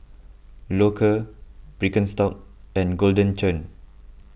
Loacker Birkenstock and Golden Churn